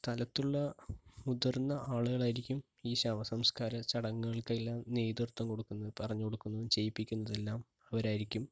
സ്ഥലത്തുള്ള മുതിർന്ന ആളുകളായിരിക്കും ഈ ശവസംസ്കാര ചടങ്ങുകൾക്കെല്ലാം നേതൃത്വം കൊടുക്കുന്നതും പറഞ്ഞുകൊടുക്കുന്നതും ചെയ്യിപ്പിക്കുന്നതുമെല്ലാം അവരായിരിക്കും